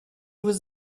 was